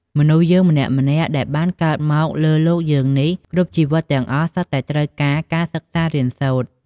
មនុស្សយើងម្នាក់ៗដែលបានកើតមកលើលោកយើងនេះ គ្រប់ជីវិតទាំងអស់សុទ្ធតែត្រូវការ ការសិក្សារៀនសូត្រ។